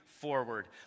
forward